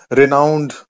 renowned